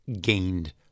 gained